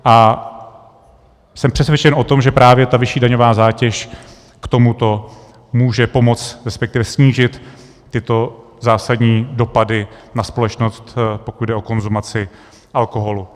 A jsem přesvědčen o tom, že právě ta vyšší daňová zátěž k tomuto může pomoci, respektive snížit tyto zásadní dopady na společnost, pokud jde o konzumaci alkoholu.